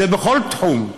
זה בכל תחום,